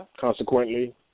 consequently